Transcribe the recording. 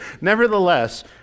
Nevertheless